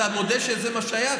אתה מודה שזה מה שהיה?